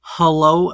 hello